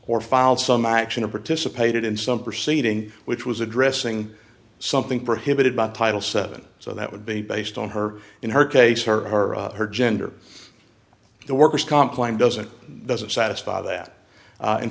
or filed some action of participated in some proceeding which was addressing something prohibited by title seven so that would be based on her in her case her or her gender the worker's comp claim doesn't doesn't satisfy that a